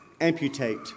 amputate